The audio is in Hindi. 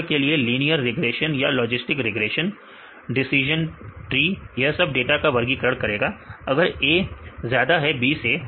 उदाहरण के लिए लीनियर रिग्रेशन या लॉजिस्टिक रिग्रेशन डिसीजन ट्री यह सब डाटा का वर्गीकरण करेगा अगर A ज्यादा है B से